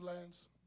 lands